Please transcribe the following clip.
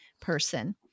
person